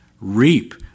reap